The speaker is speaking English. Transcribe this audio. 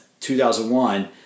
2001